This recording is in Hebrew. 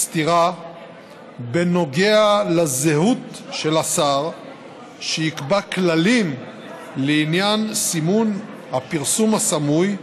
סתירה בנוגע לזהות של השר שיקבע כללים לעניין סימון הפרסום הסמוי.